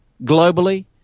Globally